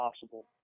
possible